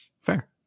Fair